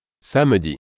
Samedi